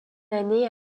année